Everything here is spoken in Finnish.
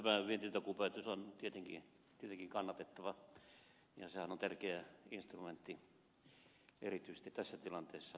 tämä vientitakuupäätös on tietenkin hyvinkin kannatettava ja sehän on tärkeä instrumentti erityisesti tässä tilanteessa vientitilausten saamiseksi